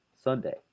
Sunday